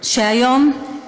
שהיום,